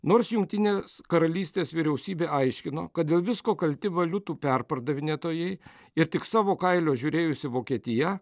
nors jungtinės karalystės vyriausybė aiškino kad dėl visko kalti valiutų perpardavinėtojai ir tik savo kailio žiūrėjusi vokietija